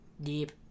Deep